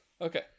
okay